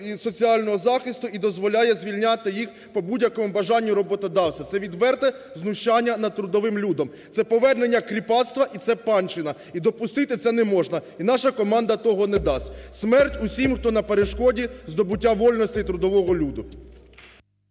соціального захисту і дозволяє звільняти їх по будь-якому бажанню роботодавця. Це відверте знущання над трудовим людом, це повернення кріпацтва і це панщина і допустити це неможна. І наша команда того не дасть. Смерть усім, хто на перешкоді здобуття вольностей трудового люду.